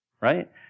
right